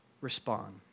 respond